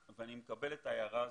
ואני מקבל את ההערה הזאת.